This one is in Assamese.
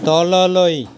তললৈ